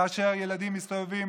כאשר ילדים מסתובבים